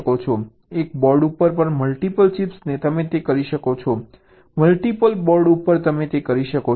એક બોર્ડ ઉપર multiple chips તમે તે કરી શકો છો મલ્ટીપલ બોર્ડ પણ તમે તે કરી શકો છો